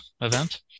event